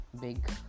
big